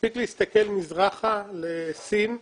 מספיק להסתכל מזרחה לסין,